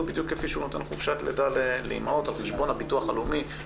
בדיוק כפי שהוא נותן חופשת לידה לאימהות על חשבון הביטוח הלאומי,